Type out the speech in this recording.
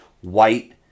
white